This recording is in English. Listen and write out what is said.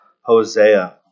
Hosea